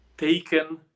Taken